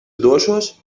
došos